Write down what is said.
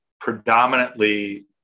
predominantly